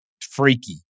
freaky